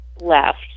left